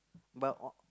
but